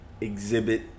exhibit